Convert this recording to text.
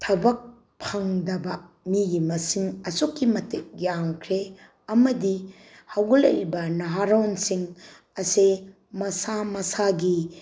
ꯊꯕꯛ ꯐꯪꯗꯕ ꯃꯤꯒꯤ ꯃꯁꯤꯡ ꯑꯁꯨꯛꯀꯤ ꯃꯇꯤꯛ ꯌꯥꯝꯈ꯭ꯔꯦ ꯑꯃꯗꯤ ꯍꯧꯒꯠꯂꯛꯏꯕ ꯅꯍꯥꯔꯣꯟꯁꯤꯡ ꯑꯁꯦ ꯃꯁꯥ ꯃꯁꯥꯒꯤ